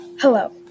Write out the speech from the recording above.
Hello